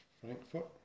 Frankfurt